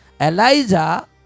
Elijah